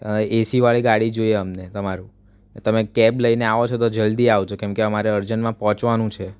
એસીવાળી ગાડી જોઈએ અમને તમારું તમે કેબ લઈને આવો છો તો જલ્દી આવજો કેમકે અમારે અર્જન્ટમાં પહોંચવાનું છે